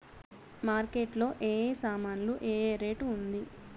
Market లో ఏ ఏ సామాన్లు ఏ ఏ రేటు ఉంది?